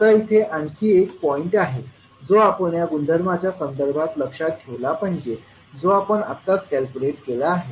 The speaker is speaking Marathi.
आता इथे आणखी एक पॉईंट आहे जो आपण या गुणधर्मांच्या संदर्भात लक्षात ठेवला पाहिजे जो आपण आत्ताच कॅल्क्युलेट केला आहे